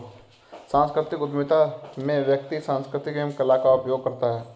सांस्कृतिक उधमिता में व्यक्ति संस्कृति एवं कला का उपयोग करता है